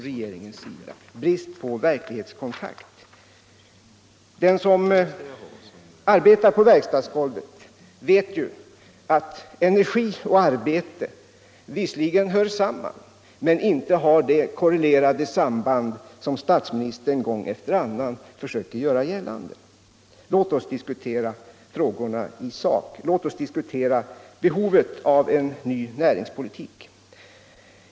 Den som arbetar på verkstadsgolvet vet ju att energi och arbete visserligen hör samman men att det inte har det korrelerade samband som statsministern gång efter annan försöker göra gällande. Låt oss diskutera frågorna i sak. Låt oss diskutera innehållet i en ny näringspolitik.